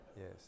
yes